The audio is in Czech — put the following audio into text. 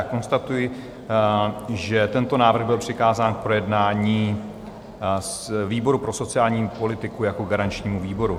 Konstatuji, že tento návrh byl přikázán k projednání výboru pro sociální politiku jako garančnímu výboru.